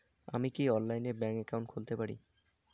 আমি কি অনলাইনে ব্যাংক একাউন্ট খুলতে পারি?